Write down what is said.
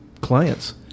clients